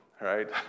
right